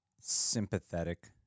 sympathetic